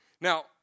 Now